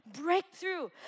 breakthrough